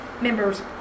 members